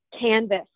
canvas